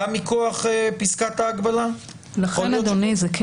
גם מכוח פסקת ההגבלה לכן אדוני זה כן